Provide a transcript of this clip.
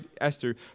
Esther